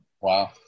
Wow